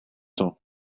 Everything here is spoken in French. temps